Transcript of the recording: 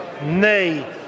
nay